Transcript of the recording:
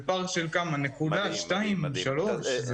זה פער של נקודה, שתיים, שלוש.